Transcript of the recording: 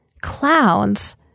clouds